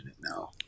no